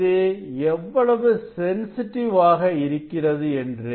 இது எவ்வளவு சென்சிட்டிவ் ஆக இருக்கிறது என்று